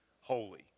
holy